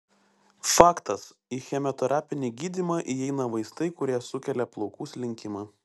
faktas į chemoterapinį gydymą įeina vaistai kurie sukelia plaukų slinkimą